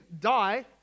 die